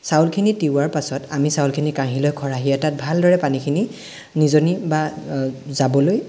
চাউলখিনি তিয়োৱাৰ পাছত আমি চাউলখিনি কাঢ়ি লৈ খৰাহি এটাত ভালদৰে পানীখিনি নিগৰি বা যাবলৈ